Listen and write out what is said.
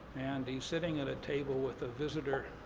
and he's sitting at a table with a visitor